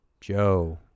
Joe